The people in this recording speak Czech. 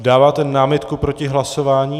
Dáváte námitku proti hlasování?